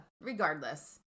regardless